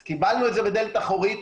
אז קיבלנו את זה בדלת אחורית.